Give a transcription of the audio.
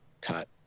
cut